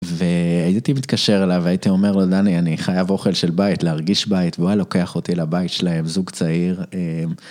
והייתי מתקשר אליו והייתי אומר לו, דני, אני חייב אוכל של בית, להרגיש בית. והוא היה לוקח אותי לבית שלהם, זוג צעיר.